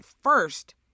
first